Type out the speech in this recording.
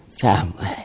family